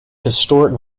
historic